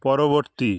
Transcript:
পরবর্তী